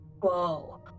Whoa